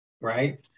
right